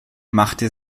machte